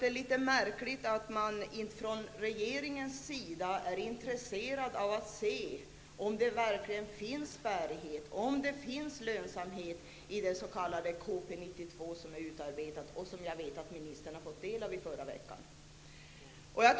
Det är litet märkligt att man från regeringens sida inte är intresserad av att se om det verkligen finns lönsamhet i det s.k. KP 92, som jag vet att ministern har fått ta del av i förra veckan.